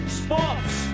sports